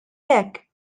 hekk